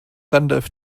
gandalf